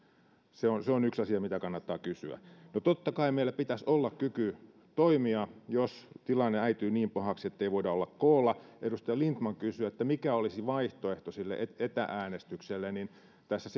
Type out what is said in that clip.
se on se on yksi asia mitä kannattaa kysyä no totta kai meillä pitäisi olla kyky toimia jos tilanne äityy niin pahaksi ettei voida olla koolla edustaja lindtman kysyi mikä olisi vaihtoehto sille etä etä äänestykselle niin tässä